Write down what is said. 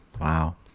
Wow